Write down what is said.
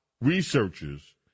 researchers